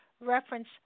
reference